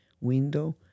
window